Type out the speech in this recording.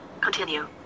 Continue